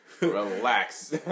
Relax